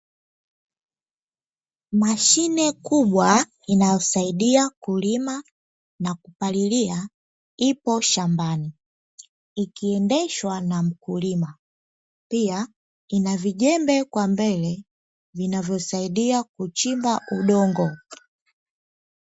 Mashine kubwa inayosaidia kulima na kupalilia, ipo shambani ikiendeshwa na mkulima, pia ina vijembe kwa mbele vinayosaidia kuchimba udongo.